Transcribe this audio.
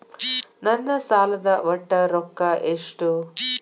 ನನ್ನ ಸಾಲದ ಒಟ್ಟ ರೊಕ್ಕ ಎಷ್ಟು?